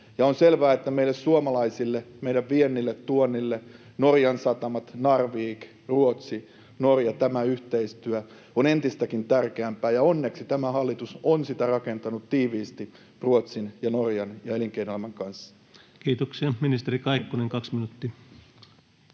on selvää, että meille suomalaisille, meidän viennille ja tuonnille, Norjan satamat, Narvik, Ruotsi, Norja ja tämä yhteistyö ovat entistäkin tärkeämpiä, ja onneksi tämä hallitus on sitä rakentanut tiiviisti Ruotsin ja Norjan ja elinkeinoelämän kanssa. Kiitoksia. — Ministeri Kaikkonen, kaksi minuuttia.